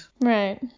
Right